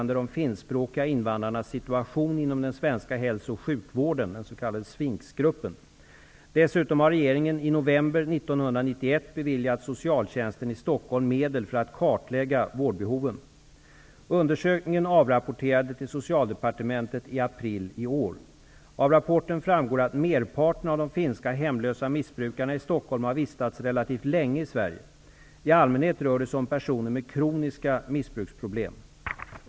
Dessutom har regeringen i november 1991 beviljat socialtjänsten i Stockholm medel för att kartlägga vårdbehoven. Socialdepartementet i april i år. Av rapporten framgår att merparten av de finska hemlösa missbrukarna i Stockholm har vistats relativt länge i Sverige. I allmänhet rör det sig om personer med kroniska missbruksproblem.